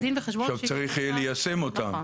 עכשיו צריך ליישם אותן.